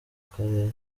karere